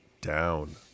down